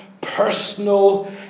personal